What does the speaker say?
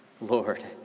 Lord